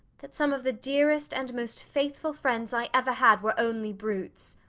that some of the dearest and most faithful friends i ever had were only brutes!